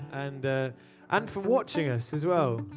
and and for watching us as well.